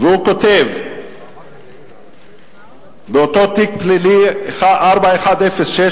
הוא כותב באותו תיק פלילי 4106/05,